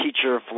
teacher